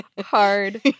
hard